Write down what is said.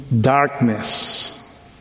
darkness